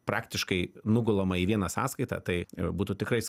praktiškai nugulama į vieną sąskaitą tai ir būtų tikrais